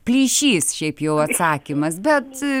plyšys šiaip jau atsakymas bet